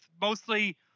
mostly